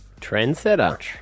Trendsetter